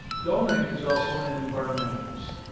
dominique is also an environmentalist.